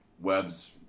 webs